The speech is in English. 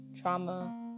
trauma